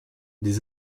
des